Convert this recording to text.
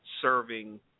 serving